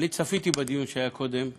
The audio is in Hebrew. צפיתי בדיון שהיה קודם בחדרי,